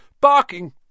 Barking